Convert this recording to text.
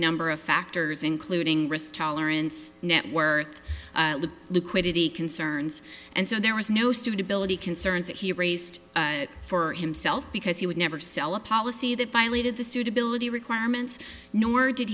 number of factors including risk tolerance net worth liquidity concerns and so there was no suitability concerns that he raised for himself because he would never sell a policy that violated the suitability requirements nor did